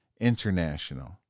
international